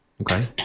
okay